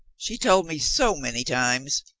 she told me so many times.